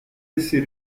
laisser